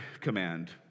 command